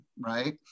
Right